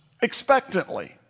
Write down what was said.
expectantly